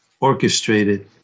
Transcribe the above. orchestrated